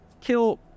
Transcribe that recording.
kill